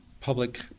public